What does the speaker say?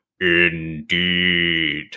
indeed